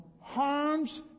harms